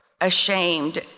ashamed